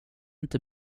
inte